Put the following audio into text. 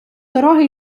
дороги